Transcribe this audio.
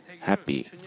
happy